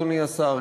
אדוני השר,